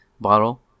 bottle